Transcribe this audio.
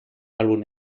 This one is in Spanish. álbum